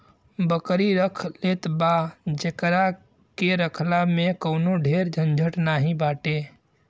बकरी रख लेत बा जेकरा के रखला में कवनो ढेर झंझट नाइ बाटे